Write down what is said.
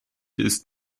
ist